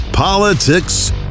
Politics